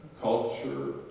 Culture